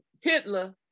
Hitler